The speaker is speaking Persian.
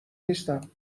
نیستم